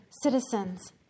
citizens